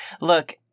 Look